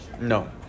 No